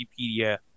Wikipedia